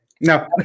No